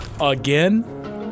Again